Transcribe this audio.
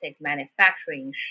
manufacturing